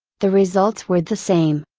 the results were the same.